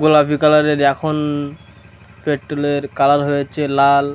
গোলাপি কালারের এখন পেট্রোলের কালার হয়েছে লাল